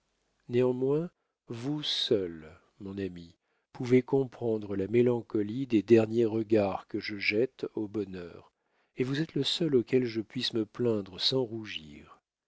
néanmoins vous seul mon ami pouvez comprendre la mélancolie des derniers regards que je jette au bonheur et vous êtes le seul auquel je puisse me plaindre sans rougir